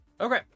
okay